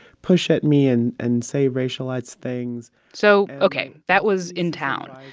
push at me and and say racialized things so, ok, that was in town.